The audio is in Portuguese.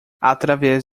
através